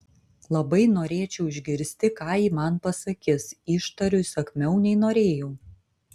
labai norėčiau išgirsti ką ji man pasakys ištariu įsakmiau nei norėjau